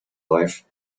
life